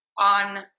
on